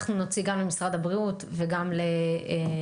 אנחנו נוציא גם למשרד הבריאות וגם למשרד